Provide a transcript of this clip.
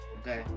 Okay